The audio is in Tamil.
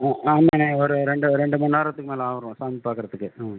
ஆ ஆமாம்ண்ணே ஒரு ரெண்டு ரெண்டு மூணு நேரத்துக்கு மேலே ஆகிரும் சாமி பார்க்கறதுக்கு ம்